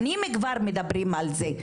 שנים כבר מדברים על זה.